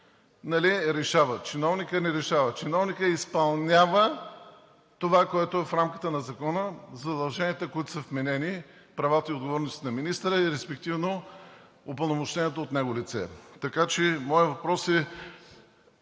решава. Чиновникът не решава. Чиновникът изпълнява това, което е в рамките на закона – задълженията, които са вменени, правата и отговорностите са на министъра и, респективно, упълномощеното от него лице. Така че моят въпрос е